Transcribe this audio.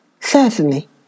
certainly